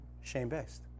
Shame-based